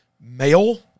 male